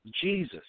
Jesus